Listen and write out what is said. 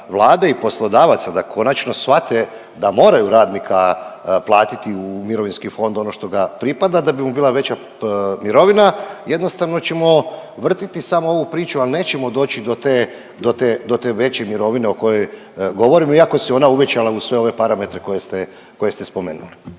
i poslodavaca da konačno shvate da moraju radnika platiti u mirovinski fond ono što ga pripada, da bi mu bila veća mirovina, jednostavno ćemo vrtiti samo ovu priču al nećemo doći do te, do te veće mirovine o kojoj govorimo iako se ona uvećala uz sve ove parametre koje ste, koje